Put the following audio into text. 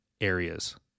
areas